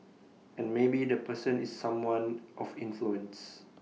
and maybe the person is someone of influence